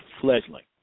Fledgling